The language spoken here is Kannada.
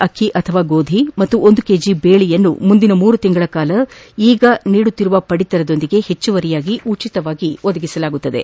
ಅಕ್ಕಿ ಅಥವಾ ಗೋಧಿ ಮತ್ತು ಒಂದು ಕೆಜಿ ಬೇಳೆಯನ್ನು ಮುಂದಿನ ಮೂರು ತಿಂಗಳ ಕಾಲ ಈಗ ನೀಡುತ್ತಿರುವುದಕ್ಕೆ ಹೆಚ್ಚುವರಿಯಾಗಿ ಉಚಿತವಾಗಿ ನೀಡಲಾಗುವುದು